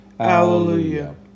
Hallelujah